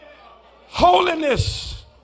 Holiness